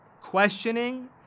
questioning